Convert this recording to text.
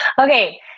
Okay